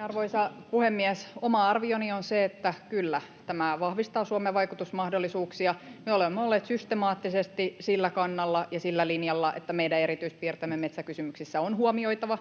Arvoisa puhemies! Oma arvioni on se, että kyllä, tämä vahvistaa Suomen vaikutusmahdollisuuksia. Me olemme olleet systemaattisesti sillä kannalla ja sillä linjalla, että meidän erityispiirteemme metsäkysymyksissä on huomioitava.